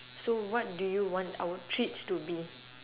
so what do you want our treats to be